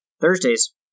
Thursdays